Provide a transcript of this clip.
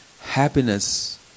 happiness